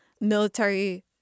military